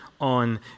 on